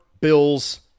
Bill's